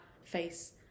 face